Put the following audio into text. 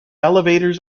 elevators